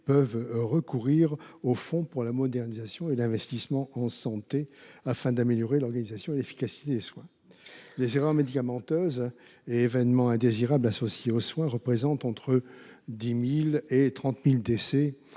peuvent recourir au fonds pour la modernisation et l’investissement en santé afin d’améliorer l’organisation et l’efficacité des soins. Les erreurs médicamenteuses et événements indésirables associés aux soins sont à l’origine de 10 000 à 30 000 décès